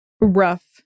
rough